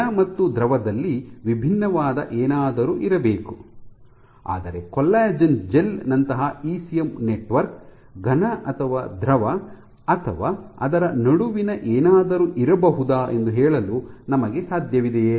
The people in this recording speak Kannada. ಘನ ಮತ್ತು ದ್ರವದಲ್ಲಿ ವಿಭಿನ್ನವಾದ ಏನಾದರೂ ಇರಬೇಕು ಆದರೆ ಕೊಲ್ಲಜೆನ್ ಜೆಲ್ ನಂತಹ ಇಸಿಎಂ ನೆಟ್ವರ್ಕ್ ಘನ ಅಥವಾ ದ್ರವ ಅಥವಾ ಅದರ ನಡುವಿನ ಏನಾದರೂ ಇರಬಹುದಾ ಎಂದು ಹೇಳಲು ನಮಗೆ ಸಾಧ್ಯವಿದೆಯೇ